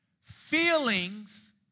Feelings